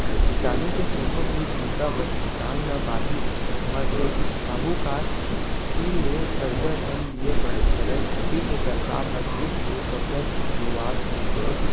किसानी के कोनो भी बूता बर किसान ल बाहिर म सेठ, साहूकार तीर ले करजा झन लिये बर परय कइके सरकार ह बेंक ले करजा देवात हे